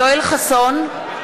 (קוראת בשמות חברי הכנסת) יואל חסון,